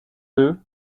deux